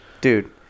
Dude